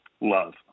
love